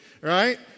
right